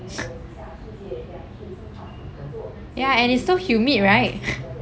ya and it's so humid right